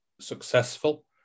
successful